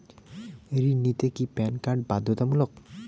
ঋণ নিতে কি প্যান কার্ড বাধ্যতামূলক?